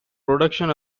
production